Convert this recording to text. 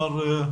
מר ראג'י מנסור.